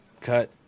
cut